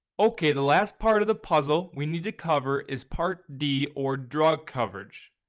okay the last part of the puzzle we need to cover is part d or drug coverage.